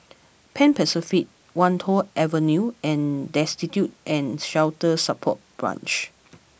Pan Pacific Wan Tho Avenue and Destitute and Shelter Support Branch